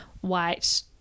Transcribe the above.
white